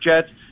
Jets